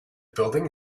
building